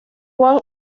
juan